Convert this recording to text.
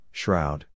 shroud